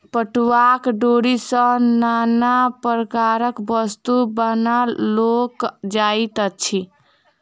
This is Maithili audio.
पटुआक डोरी सॅ नाना प्रकारक वस्तु बनाओल जाइत अछि